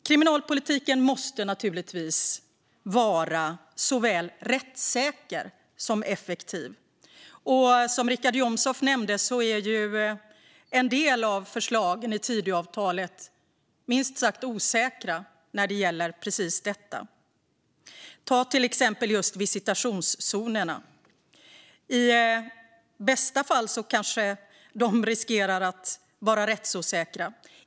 Kriminalpolitiken måste naturligtvis vara såväl rättssäker som effektiv. Och som Richard Jomshof nämnde är en del av förslagen i Tidöavtalet minst sagt osäkra när det gäller precis detta. Man kan ta till exempel visitationszonerna. I bästa fall kanske de riskerar att vara rättsosäkra.